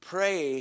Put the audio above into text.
Pray